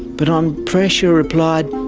but on pressure replied,